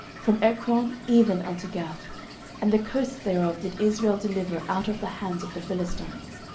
from ekron even unto gath and the coasts thereof did israel deliver out of the hands of the philistines.